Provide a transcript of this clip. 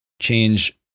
change